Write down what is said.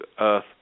earth